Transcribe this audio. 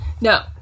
No